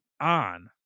on